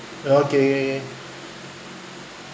okay